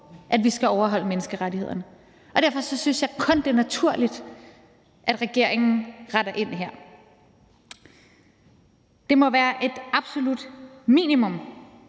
at vi skal overholde menneskerettighederne. Derfor synes jeg kun det er naturligt, at regeringen retter ind her. Det må være et absolut minimum.